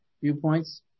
Viewpoints